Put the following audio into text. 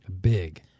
Big